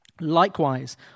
Likewise